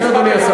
כן, אדוני השר.